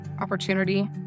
opportunity